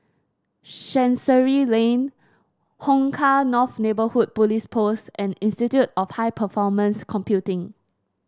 Chancery Lane Hong Kah North Neighbourhood Police Post and Institute of High Performance Computing